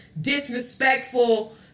disrespectful